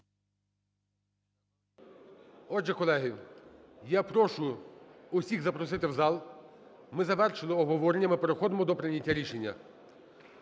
Отже, колеги. Я прошу всіх запросити в зал, ми завершили обговорення, ми переходимо до прийняття рішення.